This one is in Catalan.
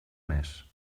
més